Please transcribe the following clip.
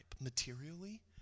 materially